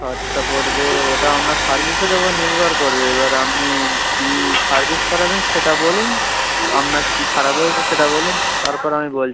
খরচা পড়বে ওটা ওনার সার্ভিসের ওপর নির্ভর করবে এবার আপনি কী সার্ভিস করাবেন সেটা বলুন আপনার কী খারাপ হয়েছে সেটা বলুন তারপর আমি বলছি